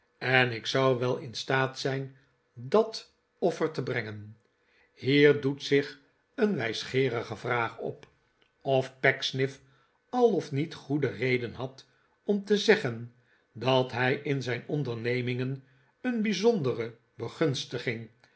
en ik zou wel in staat zijn dat offer te brengen hier doet zich een wijsgeerige vraag op of pecksniff al of niet goede reden had om te zeggen dat hij in zijn ondernemingen een bijzondere begunstiging